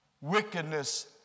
wickedness